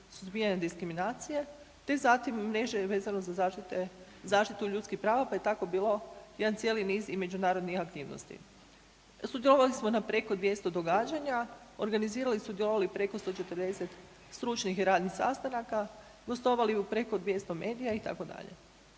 suzbijanja diskriminacije te zatim mreže vezano za zaštitu ljudskih prava pa je tako bilo jedan cijeli niz i međunarodnih aktivnosti. Sudjelovali smo na preko 200 događanja, organizirali i sudjelovali preko 140 stručnih i radnih sastanaka, gostovali u preko 200 medija itd.